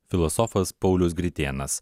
filosofas paulius gritėnas